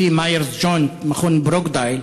לפי "מאיירס-ג'וינט-מכון ברוקדייל",